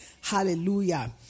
Hallelujah